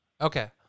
Okay